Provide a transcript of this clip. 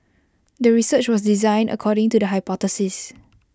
the research was designed according to the hypothesis